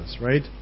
right